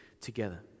together